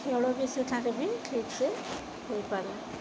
ଖେଳ ବି ସେଠାରେ ବି ଠିକସେ ହୋଇପାରେ